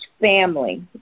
family